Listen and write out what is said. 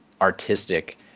artistic